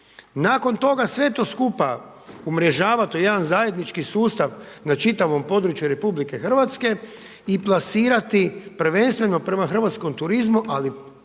nakon toga sve to skupa umrežavat u jedan zajednički sustav na čitavom području RH i plasirati prvenstveno prema hrvatskom turizmu ali u tom